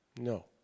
No